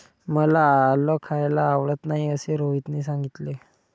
मला आलं खायला आवडत नाही असे रोहितने सांगितले